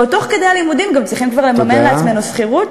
ועוד תוך כדי הלימודים גם צריכים כבר לממן לעצמנו שכירות,